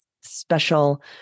special